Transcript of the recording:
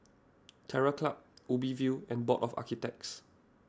Terror Club Ubi View and Board of Architects